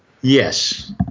Yes